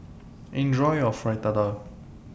Enjoy your Fritada